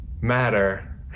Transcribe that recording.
matter